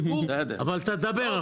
אבל תדבר.